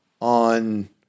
on